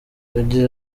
yagize